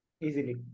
Easily